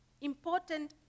important